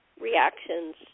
reactions